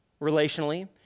relationally